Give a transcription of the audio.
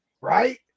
right